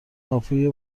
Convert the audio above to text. هاپوی